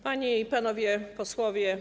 Panie i Panowie Posłowie!